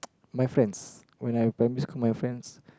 my friends when I'm in primary school my friends